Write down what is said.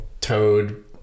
toad